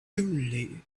only